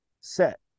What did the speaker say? set